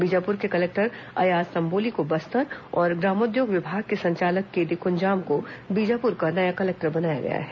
बीजापुर के कलेक्टर अयाज तंबोली को बस्तर और ग्रामोद्योग विभाग के संचालक केडी कृंजाम को बीजापुर का नया कलेक्टर बनाया गया है